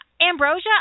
Ambrosia